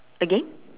again